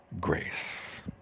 grace